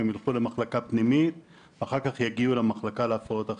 הן יילכו למחלקה פנימית ואחר כך יגיעו למחלקה להפרעות אכילה.